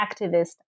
activist